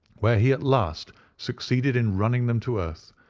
where he at last succeeded in running them to earth.